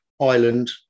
island